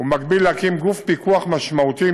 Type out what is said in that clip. ובמקביל להקים גוף פיקוח משמעותי,